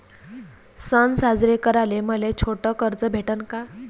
सन साजरे कराले मले छोट कर्ज भेटन का?